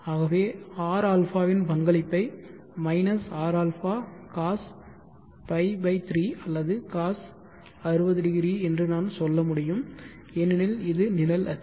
ஆகவே rα வின் பங்களிப்பை minus rα cos π 3 அல்லது cos என்று நான் சொல்ல முடியும் ஏனெனில் இது நிழல் அச்சு